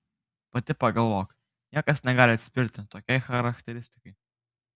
pati pagalvok niekas negali atsispirti tokiai charakteristikai